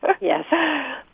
Yes